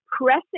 pressing